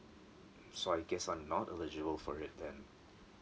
so I guess I'm not eligible for it then